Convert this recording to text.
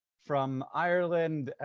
from ireland.